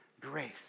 grace